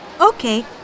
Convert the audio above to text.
Okay